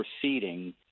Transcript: proceeding